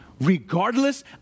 regardless